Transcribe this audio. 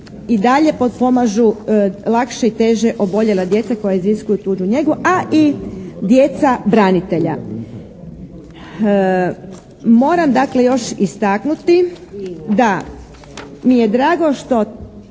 i dalje potpomažu lakše i teže oboljela djeca koja iziskuju tuđu njegu, a i djeca branitelja. Moram dakle još istaknuti da mi je drago što